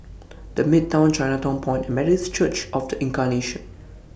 The Midtown Chinatown Point and Methodist Church of The Incarnation